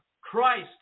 Christ